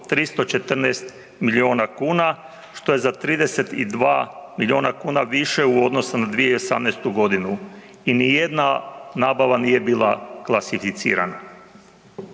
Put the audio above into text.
314 milijuna kuna, što je za 32 milijuna kuna više u odnosu na 2018. g. i nijedna nabava nije bila klasificirana.